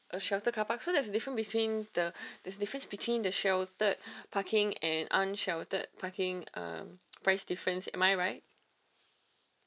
a sheltered carpark so there's difference between the there's difference between the sheltered parking and unsheltered parking uh price difference am I right